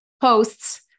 posts